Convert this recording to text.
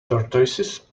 tortoises